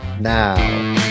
now